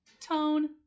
tone